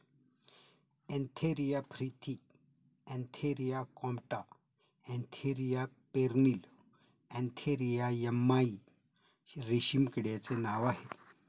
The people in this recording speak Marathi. Antheraea frithi Antheraea compta Antheraea pernyi Antheraea yamamai रेशीम किड्याचे नाव आहे